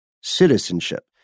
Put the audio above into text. citizenship